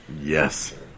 Yes